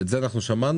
את זה אנחנו שמענו,